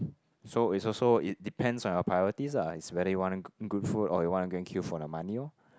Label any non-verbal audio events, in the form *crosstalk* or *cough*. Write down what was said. *noise* so it's also it depends on your priorities ah it's whether you want good food or you want to go and queue for the money orh